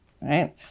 right